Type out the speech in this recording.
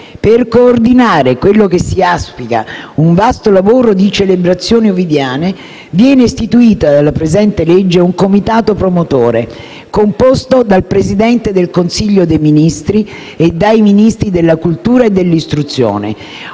Per coordinare quello che si auspica un vasto lavoro di celebrazioni ovidiane, viene istituito, dalla presente legge, un comitato promotore, composto dal presidente del Consiglio dei ministri e dai Ministri dei beni e delle attività